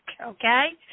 Okay